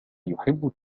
يحب